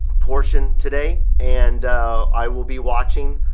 portion today and i will be watching,